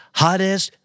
hottest